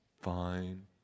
fine